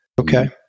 Okay